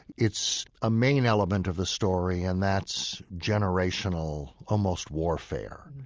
it's a main element of the story and that's generational almost warfare.